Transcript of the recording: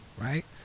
Right